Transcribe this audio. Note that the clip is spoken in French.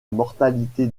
mortalité